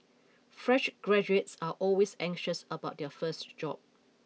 fresh graduates are always anxious about their first job